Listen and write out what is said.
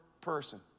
person